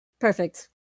Perfect